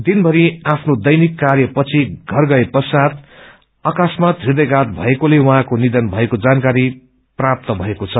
दिनभरि आफ्नो दैनिक कार्य पछि घर गए पश्चात आकास्मात हदयघात भएकोले उहाँको नियन भएको जानकारी प्राप्त भएको छ